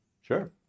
Sure